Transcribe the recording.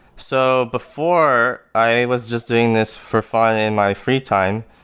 so before, i was just doing this for fun in my free time.